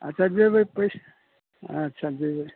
अच्छा जयबै प्रेस अच्छा जयबै